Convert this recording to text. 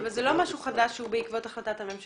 אבל זה לא משהו חדש שהוא בעקבות החלטת הממשלה.